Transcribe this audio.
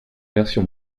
version